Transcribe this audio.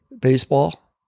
baseball